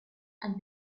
and